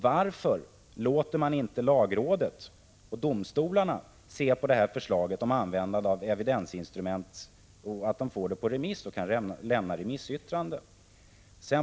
Varför låter man inte lagrådet och domstolarna få förslaget om användande av evidensinstrument på remiss för att lämna yttrande?